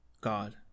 God